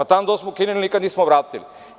Tamo gde smo ukinuli nikad nismo vratili.